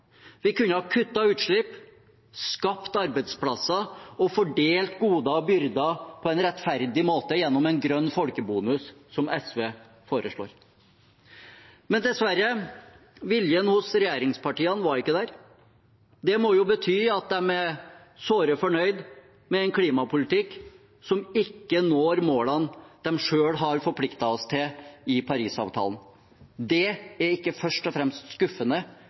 Vi kunne ha kuttet utslipp, skapt arbeidsplasser og fordelt goder og byrder på en rettferdig måte gjennom en grønn folkebonus, som SV foreslår. Men dessverre, viljen hos regjeringspartiene var ikke der. Det må jo bety at de er såre fornøyd med en klimapolitikk som ikke når målene de selv har forpliktet oss til i Parisavtalen. Det er ikke først og fremst skuffende,